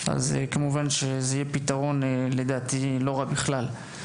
אז זה יכול לדעתי להיות פתרון לא רע בכלל.